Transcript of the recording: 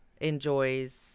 enjoys